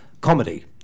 comedy